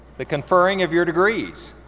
the conferring of your degrees.